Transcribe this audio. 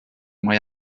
mae